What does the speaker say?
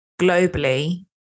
globally